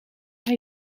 hij